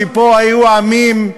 היו פה עמים,